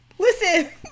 Listen